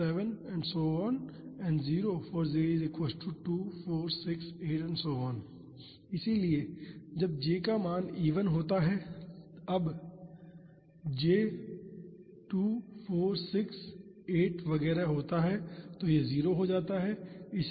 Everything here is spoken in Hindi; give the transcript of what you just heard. इसलिए जब j का मान इवन होता है जब j 2 4 6 वगैरह के बराबर होता है तो यह 0 हो जाता है